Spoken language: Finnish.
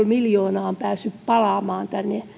miljoonaa on päässyt palaamaan